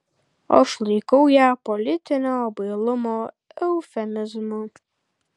aš laikau ją politinio bailumo eufemizmu